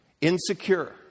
insecure